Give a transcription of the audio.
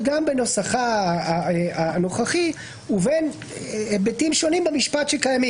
גם בנוסחה הנוכחי ובין היבטים שונים שקיימים במשפט.